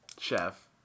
Chef